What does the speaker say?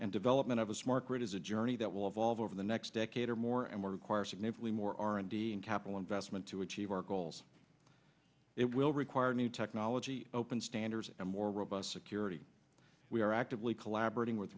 and development of a smart grid is a journey that will evolve over the next decade or more and more require significantly more r and d and capital investment to achieve our goals it will require new technology open standards and more robust security we are actively collaborating with